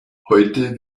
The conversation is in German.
heute